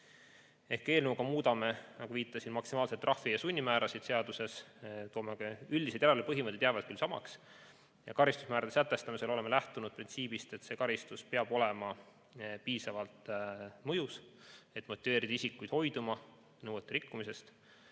Eelnõuga muudame seaduses, nagu viitasin, maksimaalseid trahvi‑ ja sunnimäärasid. Üldised järelevalvepõhimõtted jäävad küll samaks ja karistusmäärade sätestamisel oleme lähtunud printsiibist, et karistus peab olema piisavalt mõjus, et motiveerida isikuid hoiduma nõuete rikkumisest.